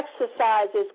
exercises